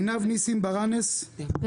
עינב ניסים ברנס, בבקשה.